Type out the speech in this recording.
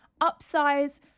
upsize